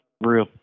real